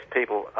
people